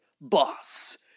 Boss